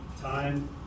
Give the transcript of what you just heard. time